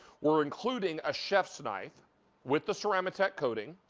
we're including a chef's knife with the ceramic coating.